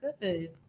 good